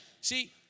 See